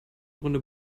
runde